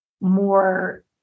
more